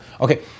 Okay